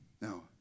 Now